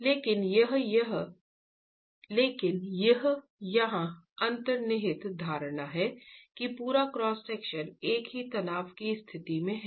लेकिन यहां यह अंतर्निहित धारणा है कि पूरा क्रॉस सेक्शन एक ही तनाव की स्थिति में है